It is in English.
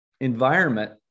environment